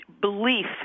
belief